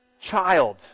child